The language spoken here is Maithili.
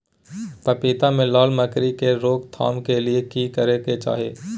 पपीता मे लाल मकरी के रोक थाम के लिये की करै के चाही?